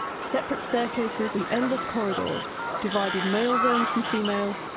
separate staircases and endless corridors divided male zones from female,